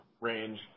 range